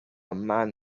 man